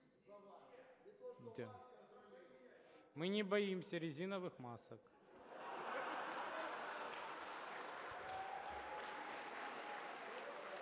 Мы не боимся резиновых масок.